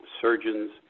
surgeons